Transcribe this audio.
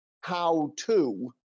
how-to